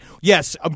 Yes